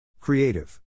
Creative